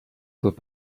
good